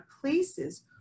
places